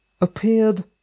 appeared